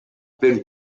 been